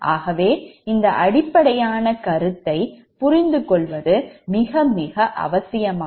ஆகவே இந்த அடிப்படையான கருத்தை புரிந்து கொள்வது அவசியமாகும்